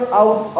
out